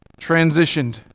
transitioned